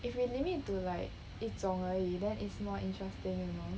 if we limit to like 一种而已 then is more interesting you know